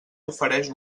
ofereix